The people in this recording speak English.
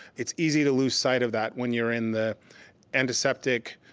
it's easy to lose sight of that when you're in the antiseptic,